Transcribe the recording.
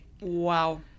Wow